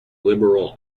liberal